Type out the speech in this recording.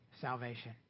salvation